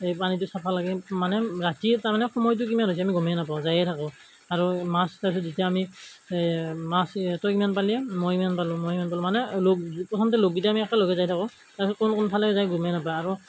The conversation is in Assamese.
এই পানীটো চাফা লাগে মানে ৰাতি এই তাৰমানে সময়টো কিমান হৈছে আমি গ'মেই নাপাওঁ যাইয়ে থাকোঁ আৰু মাছ তাৰপিছত যেতিয়া আমি মাছ তই কিমান পালি মই ইমান পালোঁ মই ইমান পালোঁ মানে লগ প্ৰথমতে লগগিটাই আমি একেলগে যায় থাকো তাৰপিছত কোন কোনফালে যায় গ'মেই নাপাই আৰু